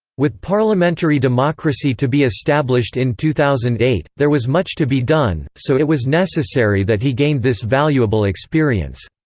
with parliamentary democracy to be established in two thousand and eight, there was much to be done so it was necessary that he gained this valuable experience.